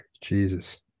jesus